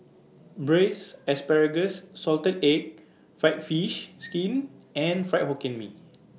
Braised Asparagus Salted Egg Fried Fish Skin and Fried Hokkien Mee